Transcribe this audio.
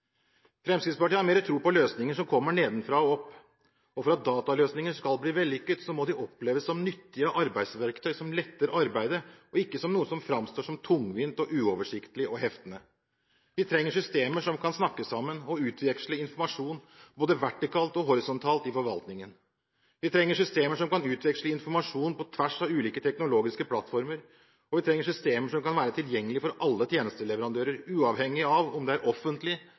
Fremskrittspartiet har mer tro på løsninger som kommer nedenfra og opp. For at dataløsninger skal bli vellykket, må de oppleves som nyttige arbeidsverktøy som letter arbeidet, og ikke som noe som framstår som tungvint, uoversiktlig og heftende. Vi trenger systemer som kan snakke sammen og utveksle informasjon – både vertikalt og horisontalt i forvaltningen. Vi trenger systemer som kan utveksle informasjon på tvers av ulike teknologiske plattformer. Vi trenger systemer som kan være tilgjengelig for alle tjenesteleverandører, uavhengig av om det er